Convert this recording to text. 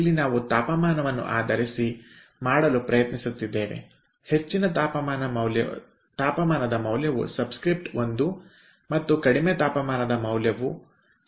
ಇಲ್ಲಿ ನಾವು ತಾಪಮಾನವನ್ನು ಆಧರಿಸಿ ಮಾಡಲು ಪ್ರಯತ್ನಿಸುತ್ತಿದ್ದೇವೆ ಹೆಚ್ಚಿನ ತಾಪಮಾನ ಮೌಲ್ಯವು ಸಬ್ಸ್ಕ್ರಿಪ್ಟ್ ಒಂದು ಮತ್ತು ಸಬ್ಸ್ಕ್ರಿಪ್ಟ್ 2 ಕಡಿಮೆ ತಾಪಮಾನದ ಮೌಲ್ಯವಾಗಿದೆ